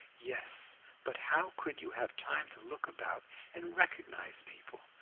yes but how could you have time to look about and recognize people?